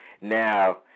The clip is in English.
Now